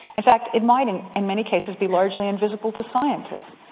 in fact it might in in many cases be largely invisible to scientists.